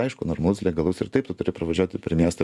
aišku normalus legalus ir taip tu turi pravažiuoti per miestą